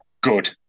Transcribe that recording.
good